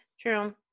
true